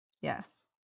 Yes